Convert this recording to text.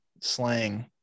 slang